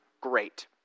Great